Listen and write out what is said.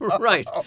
Right